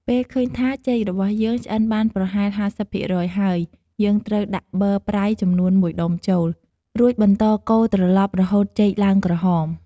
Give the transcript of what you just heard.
ពេលឃើញថា ចេករបស់យើងឆ្អិនបានប្រហែល ៥០ ភាគរយ ហើយ យើងត្រូវដាក់ប័រប្រៃចំនួន១ដុំចូល រួចបន្ដកូរត្រឡប់រហូតចេកឡើងក្រហម។